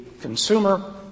consumer